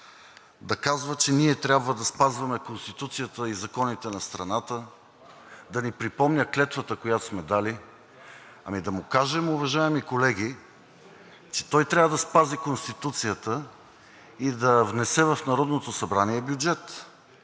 да казва, че ние трябва да спазваме Конституцията и законите на страната, да ни припомня клетвата, която сме дали. Ами, да му кажем, уважаеми колеги, че той трябва да спази Конституцията и да внесе в Народното събрание бюджет,